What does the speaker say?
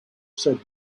said